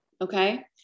Okay